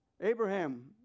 Abraham